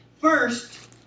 First